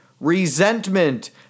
resentment